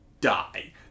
die